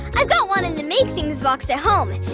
i've got one in the make things box at home.